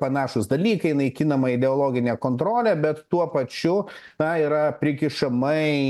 panašūs dalykai naikinama ideologinė kontrolė bet tuo pačiu na yra prikišamai